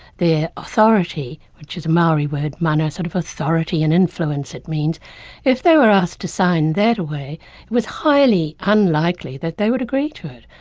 their authority, which is a maori word mana, sort of authority and influence it means if they were asked to sign that away it was highly unlikely that they would agree to it.